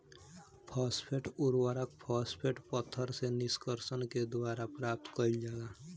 phosphate उर्वरक, phosphate पत्थर से निष्कर्षण के द्वारा प्राप्त कईल जाला